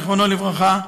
זיכרונו לברכה,